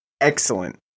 excellent